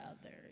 others